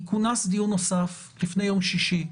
יכונס דיון נוסף לפני יום שישי,